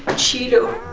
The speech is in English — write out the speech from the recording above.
cheeto.